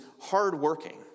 hardworking